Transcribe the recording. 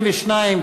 22,